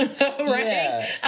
right